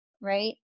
right